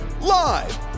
live